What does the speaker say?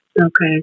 Okay